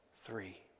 Three